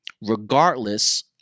regardless